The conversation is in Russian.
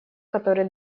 который